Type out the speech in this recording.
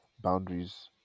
boundaries